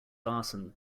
arson